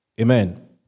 Amen